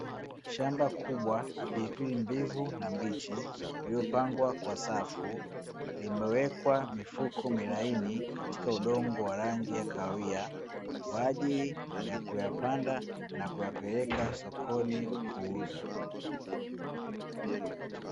Shamba kubwa la pilipili mbivu na mbichi lililopanga kwa safu, limewekwa mifuko milaini katika udongo wa rangi ya kahawia kwa ajili ya kuyapanda na kuyapeleka sokoni kwa kuuzwa.